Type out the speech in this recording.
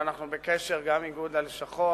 ואנחנו בקשר גם עם איגוד הלשכות.